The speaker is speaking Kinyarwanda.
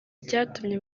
byatumye